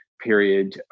period